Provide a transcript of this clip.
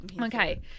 Okay